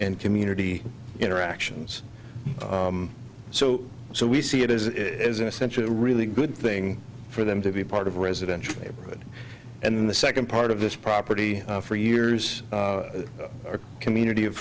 and community interactions so so we see it as an essential really good thing for them to be part of a residential neighborhood and in the second part of this property for years there's a community of